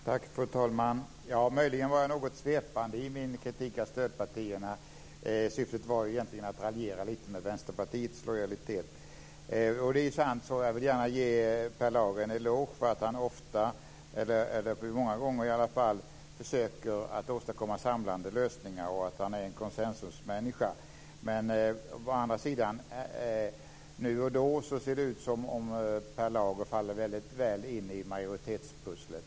Fru talman! Möjligen var jag något svepande i min kritik av stödpartierna. Syftet var egentligen att raljera lite med Vänsterpartiets lojalitet. Det är sant. Jag vill gärna ge Per Lager en eloge för att han många gånger försöker åstadkomma samlande lösningar och för att han är en konsensusmänniska. Men nu och då ser det ut som om Per Lager faller väldigt väl in i majoritetspusslet.